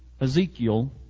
Ezekiel